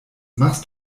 machst